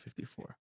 54